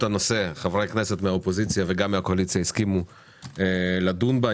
הנושא חברי הכנסת מהאופוזיציה וגם מהקואליציה הסכימו לדון בה.